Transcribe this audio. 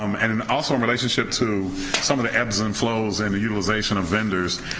um and and also, in relationship to some of the ebbs and flows in the utilization of vendors,